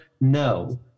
No